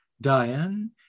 diane